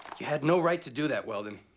had no right to do that, weldon.